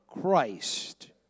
Christ